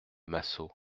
massot